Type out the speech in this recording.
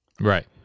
Right